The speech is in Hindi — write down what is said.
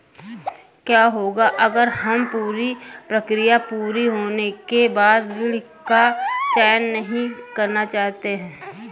क्या होगा अगर हम पूरी प्रक्रिया पूरी होने के बाद ऋण का चयन नहीं करना चाहते हैं?